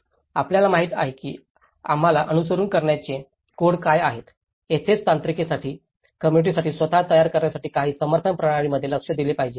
आपल्याला माहित आहे की आम्हाला अनुसरण करण्याचे कोड काय आहेत येथेच तांत्रिकतेसाठी कोम्मुनिटीसाठी स्वतः तयार करण्यासाठी काही समर्थन प्रणालीमध्ये लक्ष दिले पाहिजे